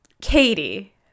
katie